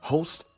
Host